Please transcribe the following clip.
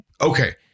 Okay